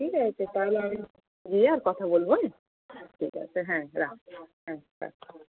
ঠিক আছে তাহলে আমি গিয়ে আর কথা বলবো হ্যাঁ ঠিক আছে হ্যাঁ রাখছি হ্যাঁ রাখলাম